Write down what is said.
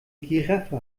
giraffe